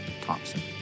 Thompson